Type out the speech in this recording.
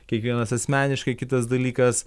kiekvienas asmeniškai kitas dalykas